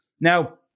Now